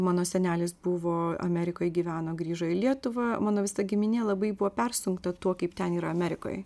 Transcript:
mano senelis buvo amerikoj gyveno grįžo į lietuvą mano visa giminė labai buvo persunkta tuo kaip ten yra amerikoj